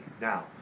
now